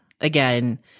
again